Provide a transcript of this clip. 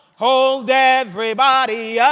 hold everybody. yeah